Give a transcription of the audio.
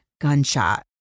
gunshot